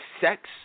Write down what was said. sex